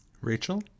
Rachel